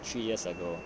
three years ago